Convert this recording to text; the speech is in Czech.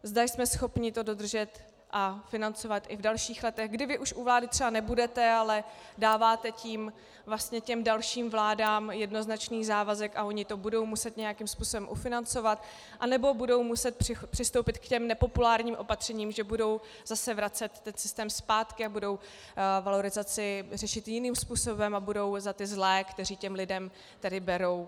Zda jsme schopni to dodržet a financovat i v dalších letech, kdy vy už u vlády třeba nebudete, ale dáváte tím vlastně dalším vládám jednoznačný závazek a ony to budou muset nějakým způsobem ufinancovat, anebo budou muset přistoupit k nepopulárním opatřením, že budou zase vracet ten systém zpátky a budou valorizaci řešit jiným způsobem a budou za ty zlé, kteří těm lidem berou.